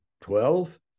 Twelve